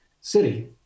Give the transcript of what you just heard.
city